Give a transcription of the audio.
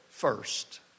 First